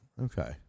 Okay